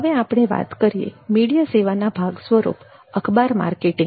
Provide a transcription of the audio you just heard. હવે આપણે વાત કરીએ મીડિયા સેવાના ભાગ સ્વરૂપ અખબાર માર્કેટિંગ